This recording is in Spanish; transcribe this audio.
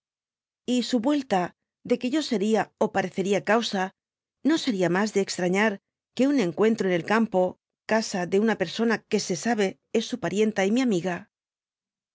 y su vuelta de que yo seria ó parecería causa no sería mas de ex'añar que un encuentro en el campo casa de una persona que le sabe es su parienta y mi amiga